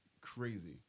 crazy